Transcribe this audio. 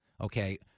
Okay